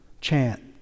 chant